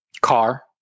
car